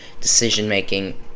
decision-making